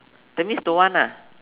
that means don't want lah